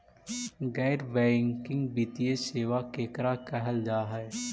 गैर बैंकिंग वित्तीय सेबा केकरा कहल जा है?